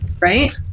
right